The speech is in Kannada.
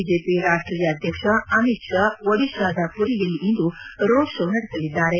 ಬಿಜೆಪಿ ರಾಷ್ಟೀಯ ಅಧ್ಯಕ್ಷ ಅಮಿತ್ ಶಾ ಒಡಿಶಾದ ಮರಿಯಲ್ಲಿ ಇಂದು ರೋಡ್ ಶೋ ನಡೆಸಲಿದ್ದಾರೆ